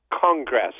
Congress